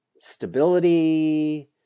Stability